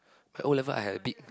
I O-level I had a bit